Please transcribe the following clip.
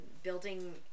building